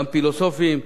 גם פילוסופים,